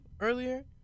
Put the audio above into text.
Earlier